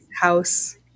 house